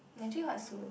ya actually quite soon